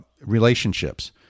relationships